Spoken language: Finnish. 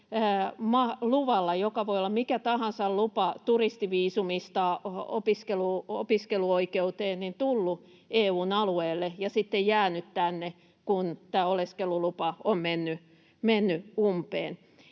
joka voi olla mikä tahansa lupa turistiviisumista opiskeluoikeuteen, tullut EU:n alueelle ja sitten jäänyt tänne, kun tämä oleskelulupa on mennyt umpeen.